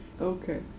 Okay